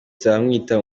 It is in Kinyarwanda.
nzabamwita